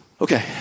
Okay